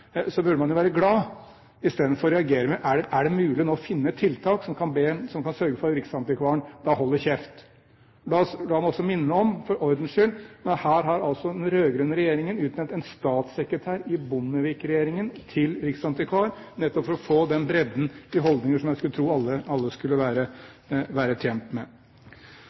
burde man jo være glad, istedenfor å reagere med: Er det mulig nå å finne tiltak som kan sørge for at riksantikvaren holder kjeft? La meg også minne om, for ordens skyld, at her har den rød-grønne regjeringen utnevnt en statssekretær i Bondevik-regjeringen til riksantikvar, nettopp for å få den bredden i holdninger som en skulle tro alle skulle være tjent med.